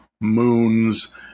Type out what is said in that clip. moons